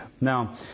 now